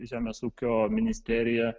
žemės ūkio ministerija